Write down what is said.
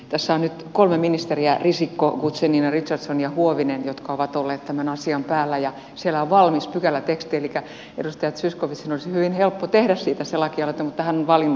tässä on nyt kolme ministeriä risikko guzenina richardson ja huovinen jotka ovat olleet tämän asian päällä ja siellähän on valmis pykäläteksti elikkä edustaja zyskowiczin olisi hyvin helppo tehdä siitä se lakialoite mutta hän on valinnut toisen tien